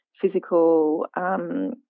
physical